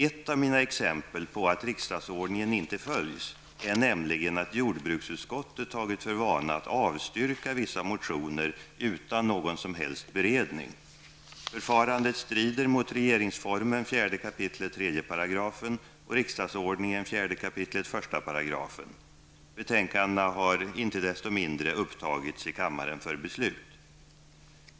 Ett av mina exempel på att riksdagsordningen inte följs är nämligen att jordbruksutskottet tagit för vana att avstyrka vissa motioner utan någon som helst beredning. och riksdagsordningen 4 kap. 1 §. Betänkandena har icke desto mindre upptagits i kammaren för beslut.